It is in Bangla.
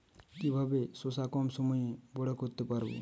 কিভাবে শশা কম সময়ে বড় করতে পারব?